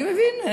אני מבין,